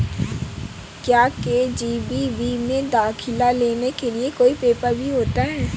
क्या के.जी.बी.वी में दाखिला लेने के लिए कोई पेपर भी होता है?